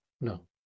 no